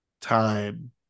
time